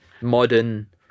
modern